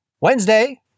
Wednesday